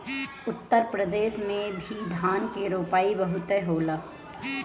उत्तर प्रदेश में भी धान के रोपाई बहुते होला